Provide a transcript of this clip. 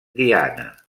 diana